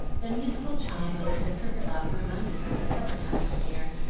the musical chime of a distant clock reminded her that supper time was near,